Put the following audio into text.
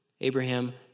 Abraham